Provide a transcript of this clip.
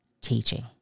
teaching